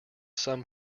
some